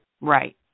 right